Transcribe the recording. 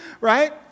right